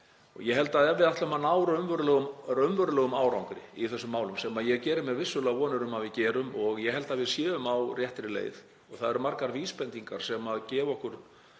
Ég held að ef við ætlum að ná raunverulegum árangri í þessum málum, sem ég geri mér vissulega vonir um að við gerum — og ég held að við séum á réttri leið, það eru margar vísbendingar sem gefa okkur